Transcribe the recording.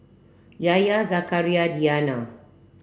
Yahya Zakaria Diana